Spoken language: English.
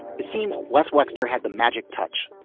it seemed less wexner had the magic touch